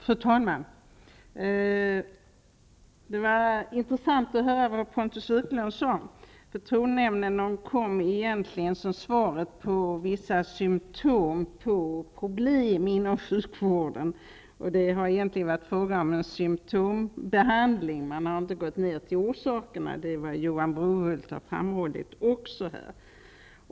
Fru talman! Det var intressant att höra vad Pontus Wiklund sade. Förtroendenämnderna kom egentligen som ett svar på vissa symtom på problem inom sjukvården. Det har varit fråga om en symtombehandling. Man har inte gått in på orsakerna. Det är också vad Johan Brohult har framhållit här.